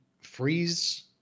freeze